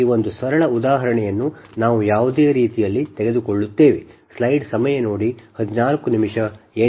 ಈ ಒಂದು ಸರಳ ಉದಾಹರಣೆಯನ್ನು ನಾವು ಯಾವುದೇ ರೀತಿಯಲ್ಲಿ ತೆಗೆದುಕೊಳ್ಳುತ್ತೇವೆ